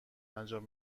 انجام